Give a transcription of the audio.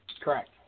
Correct